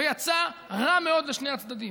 ויצא רע מאוד לשני הצדדים.